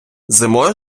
зимою